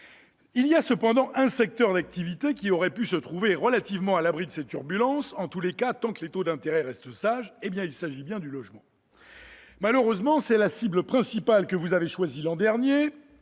Il y a cependant un secteur d'activité qui aurait pu se trouver relativement à l'abri de ces turbulences, en tous les cas tant que les taux d'intérêt restent sages : il s'agit du logement. Malheureusement, c'est la cible principale que vous avez choisie l'an dernier